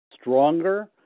stronger